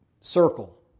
circle